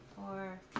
for